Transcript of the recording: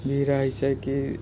भी रहै छै कि